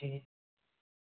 ٹھیک